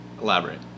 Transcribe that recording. Elaborate